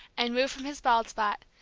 and move from his bald spot,